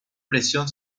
presión